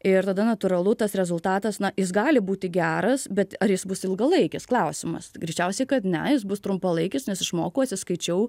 ir tada natūralu tas rezultatas na jis gali būti geras bet ar jis bus ilgalaikis klausimas greičiausiai kad ne jis bus trumpalaikis nes išmokau atsiskaičiau